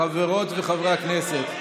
חברות וחברי הכנסת,